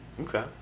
Okay